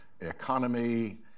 economy